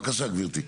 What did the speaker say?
בבקשה גברתי.